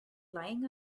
lying